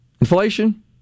Inflation